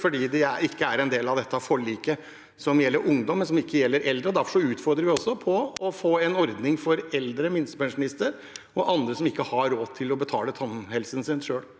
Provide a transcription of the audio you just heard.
fordi de ikke er en del av dette forliket, som gjelder ungdom, men som ikke gjelder eldre. Derfor utfordrer vi med tanke på å få en ordning for eldre minstepensjonister og andre som ikke har råd til å betale for tannhelsen sin selv.